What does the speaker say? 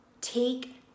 take